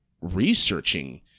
researching